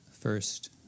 first